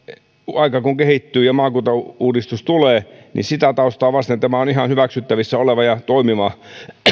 aika kun kehittyy ja maakuntauudistus tulee niin sitä taustaa vasten tämä on ihan hyväksyttävissä oleva ja toimiva